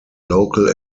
local